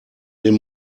den